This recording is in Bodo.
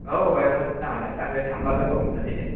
औ आयं मोजां आनो थांबा लोगो हमननोसै दे